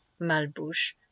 malbouche